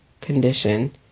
condition